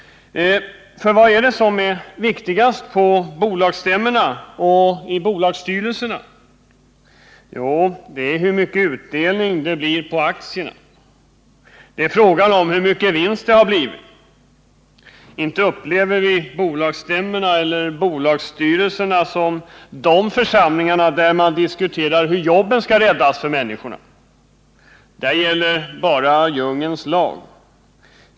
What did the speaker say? För vad är det som är viktigast på bolagsstämmorna och i bolagsstyrelserna? Jo, det är hur mycket utdelning det blir på aktierna. Det är frågan om hur mycket vinst det har blivit. Inte upplever vi bolagsstämmorna eller bolagsstyrelserna som de församlingar där man diskuterar hur jobben skall räddas åt människorna. Där gäller bara djungelns lag.